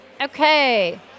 Okay